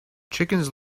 chickens